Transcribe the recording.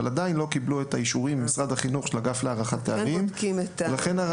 אבל עדיין לא קיבלו את האישורים מהאגף להערכת תארים של משרד החינוך.